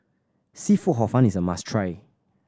seafood Hor Fun is a must try